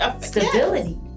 stability